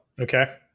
Okay